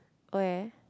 where